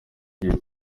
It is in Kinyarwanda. igihe